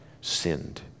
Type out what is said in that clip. sinned